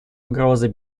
угрозой